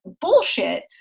bullshit